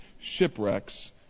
shipwrecks